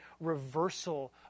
reversal